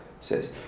says